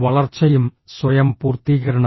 വളർച്ചയും സ്വയം പൂർത്തീകരണവും